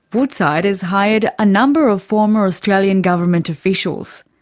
woodside has hired a number of former australian government officials.